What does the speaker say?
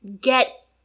get